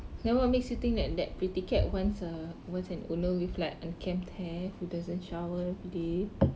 then what makes you think that that pretty cats wants a wants an owner with like unkempt hair who doesn't shower everyday